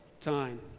time